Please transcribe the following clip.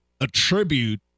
attribute